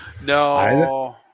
no